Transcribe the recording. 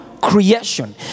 creation